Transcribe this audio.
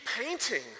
painting